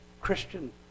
Christian